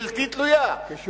בלתי תלויה,